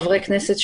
חברי כנסת,